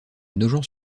nogent